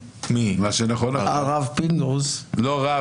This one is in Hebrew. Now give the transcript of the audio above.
הרב פינדרוס --- לא רב,